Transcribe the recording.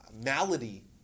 malady